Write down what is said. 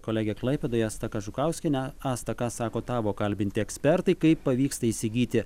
kolegė klaipėdoje asta kažukauskienė asta ką sako tavo kalbinti ekspertai kaip pavyksta įsigyti